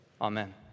Amen